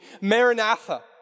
Maranatha